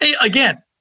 Again